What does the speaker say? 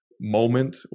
moment